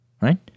right